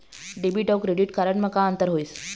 Debit अऊ credit card म का अंतर होइस?